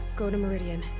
go to meridian,